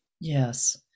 Yes